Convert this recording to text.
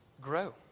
grow